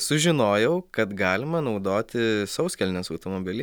sužinojau kad galima naudoti sauskelnes automobilyje